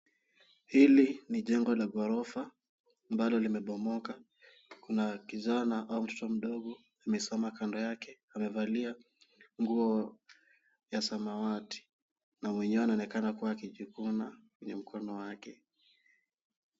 Hili ni jengo la ghorofa ambalo limebomoka. Kuna kijana au mtoto mdogo amesimama kando yake. Amevalia nguo ya samawati, na mwenyewe anaonekana akijikuna kwenye mkono wake.